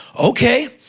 okay.